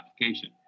application